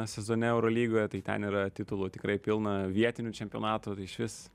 sezone eurolygoje tai ten yra titulų tikrai pilna vietinių čempionatų išvis